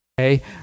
Okay